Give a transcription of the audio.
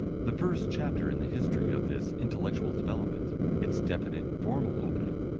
the first chapter in the history of this intellectual development, its definite and formal opening,